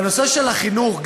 בנושא החינוך,